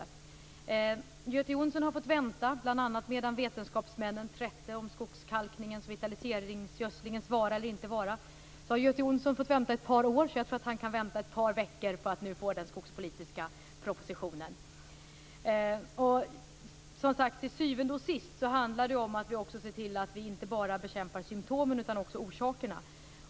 Göte Jonsson har fått vänta, bl.a. medan vetenskapsmännen trätte om skogskalkningens och gödslingens vara eller inte vara. Han har fått vänta i ett par år, och jag tror att han också kan vänta i ett par veckor på att få den skogspolitiska propositionen. Till syvende och sist handlar det om att vi också ser till att bekämpa inte bara symtomen utan också orsakerna.